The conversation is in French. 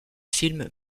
film